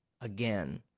again